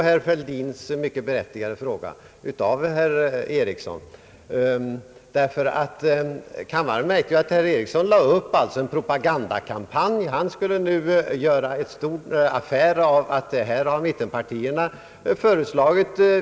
Herr talman!